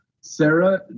Sarah